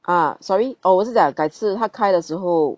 ah sorry 我是讲改次他开的时候